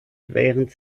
während